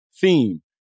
theme